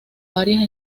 varias